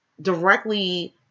directly